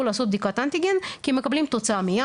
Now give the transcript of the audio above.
לעשות בדיקת אנטיגן כי הם מקבלים תוצאה מיד,